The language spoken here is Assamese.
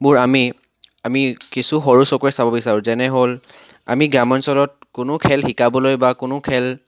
বোৰ আমি আমি কিছু সৰু চকুৰে চাব বিচাৰোঁ যেনে হ'ল আমি গ্ৰামাঞ্চলত কোনো খেল শিকাবলৈ বা কোনো খেল